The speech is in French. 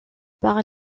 par